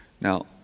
Now